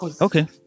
Okay